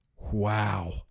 Wow